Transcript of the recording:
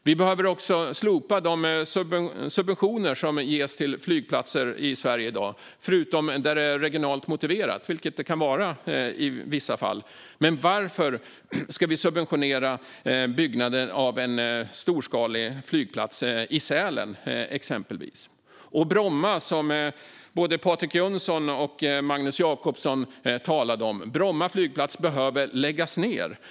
Vi behöver slopa de subventioner som ges till flygplatser i Sverige i dag, förutom där det är regionalt motiverat. Det kan det vara i vissa fall, men varför ska vi subventionera byggande av en storskalig flygplats i Sälen, exempelvis? Både Patrik Jönsson och Magnus Jacobsson talade om Bromma. Bromma flygplats behöver läggas ned!